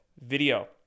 video